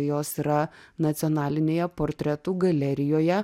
jos yra nacionalinėje portretų galerijoje